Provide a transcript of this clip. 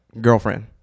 girlfriend